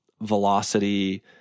Velocity